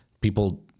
people